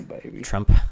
Trump